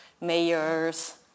mayors